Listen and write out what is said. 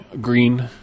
green